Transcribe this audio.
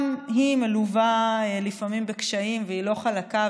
גם היא מלווה לפעמים בקשיים והיא לא חלקה,